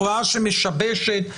הפרעה שמשבשת,